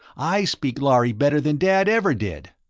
i speak lhari better than dad ever did.